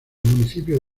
municipios